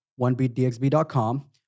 onebeatdxb.com